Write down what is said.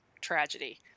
tragedy